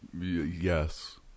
Yes